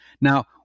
Now